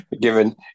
given